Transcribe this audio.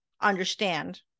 understand